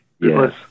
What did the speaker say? Yes